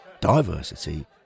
diversity